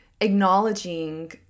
acknowledging